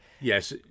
yes